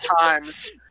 times